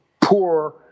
poor